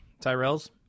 Tyrell's